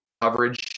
Coverage